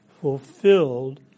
fulfilled